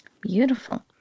Beautiful